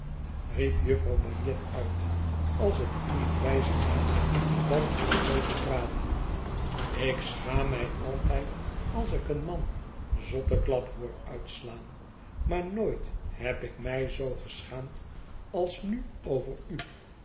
riep jufvrouw bagnet uit als het u niet wijzer maakt dan om zoo te praten ik schaam mij altijd als ik een man zotteklap hoor uitslaan maar nooit heb ik mij zoo geschaamd als nu over u